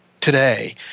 today